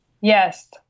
yes